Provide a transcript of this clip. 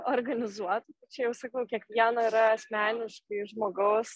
organizuotų tai čia jau sakau kiekvieno yra asmeniškai žmogaus